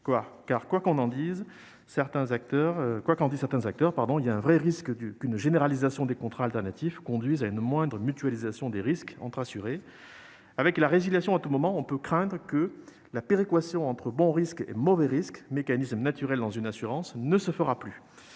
car, quoi qu'en disent certains acteurs, il existe un vrai danger qu'une généralisation des contrats alternatifs ne conduise à une moindre mutualisation des risques entre assurés. Avec la résiliation à tout moment, on peut craindre que « la péréquation entre " bons risques " et " mauvais risques ", mécanisme naturel dans une assurance, ne se [fasse] plus